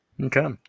Okay